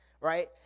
right